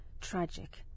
tragic